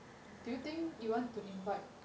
do you think you want to invite